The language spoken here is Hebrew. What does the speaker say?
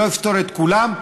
לא יפתור את כולה.